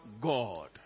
God